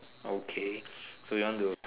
okay so you want to